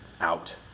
out